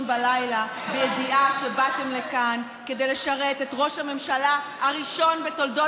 בלילה בידיעה שבאתם לכאן כדי לשרת את ראש הממשלה הראשון בתולדות